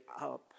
up